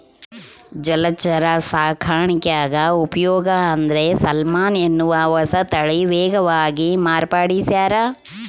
ಜಲಚರ ಸಾಕಾಣಿಕ್ಯಾಗ ಉಪಯೋಗ ಅಂದ್ರೆ ಸಾಲ್ಮನ್ ಎನ್ನುವ ಹೊಸತಳಿ ವೇಗವಾಗಿ ಮಾರ್ಪಡಿಸ್ಯಾರ